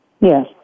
Yes